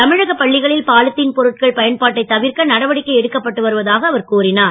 தமிழக பள்ளிகளில் பாலித்தின் பொருட்கள் பயன்பாட்டை தவிர்க்க நடவடிக்கை எடுக்கப்பட்டு வருவதாக அவர் கூறினார்